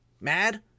mad